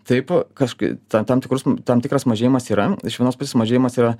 taip kažkai tam tikrus tam tikras mažėjimas yra iš vienos pusės mažėjimas yra